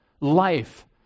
life